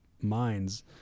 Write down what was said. minds